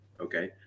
Okay